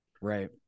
Right